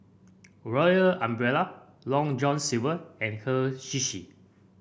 Royal Umbrella Long John Silver and Hei Sushi